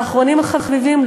ואחרונים חביבים,